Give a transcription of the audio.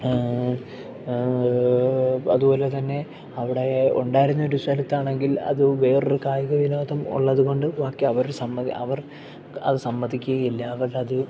അതു പോലെ തന്നെ അവിടെ ഉണ്ടായിരുന്നൊരു സ്ഥലത്താണെങ്കിൽ അത് വേറൊരു കായിക വിനോദം ഉള്ളതു കൊണ്ട് ബാക്കി അവർ സമ്മതി അവർ അത് സമ്മതിക്കുകയില്ല അവരത്